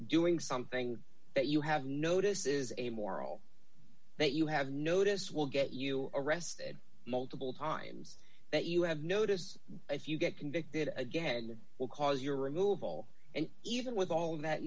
doing something that you have notice is a moral that you have notice will get you arrested multiple times that you have notice if you get convicted again will cause your removal and even with all of that